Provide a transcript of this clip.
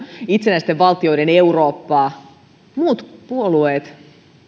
itsenäisten valtioiden eurooppaa muut puolueet